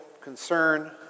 concern